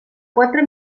quatre